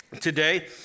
today